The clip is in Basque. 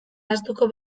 ahaztuko